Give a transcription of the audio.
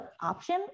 option